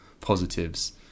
positives